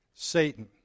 Satan